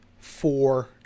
four